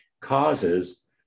causes